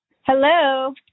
Hello